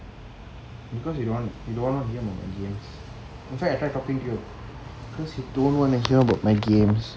because you don't want you don't want to hear my games cause you don't want to hear about my games